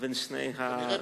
בין שני הדברים.